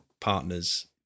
partners